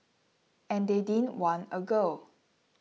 and they didn't want a girl